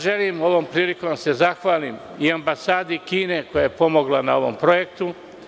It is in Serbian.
Želim ovom prilikom da se zahvalim Ambasadi Kine koja je pomogla na ovom projektu.